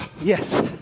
Yes